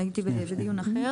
הייתי בדיון אחר.